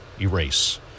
erase